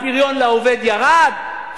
הפריון לעובד ירד?